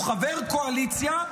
הוא חבר קואליציה,